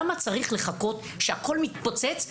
למה צריך לחכות שהכול מתפוצץ,